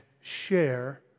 share